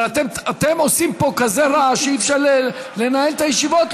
אבל אתם עושים פה כזה רעש שאי-אפשר לנהל את הישיבות,